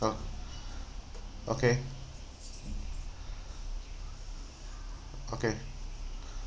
oh okay okay